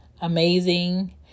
Amazing